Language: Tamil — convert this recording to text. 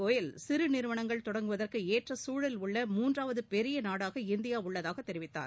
கோயல் சிறு நிறுவனங்கள் தொடங்குவதற்கு ஏற்ற சூழல் உள்ள மூன்றாவது பெரிய நாடாக இந்தியா உள்ளதாக தெரிவித்தார்